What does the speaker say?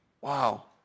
Wow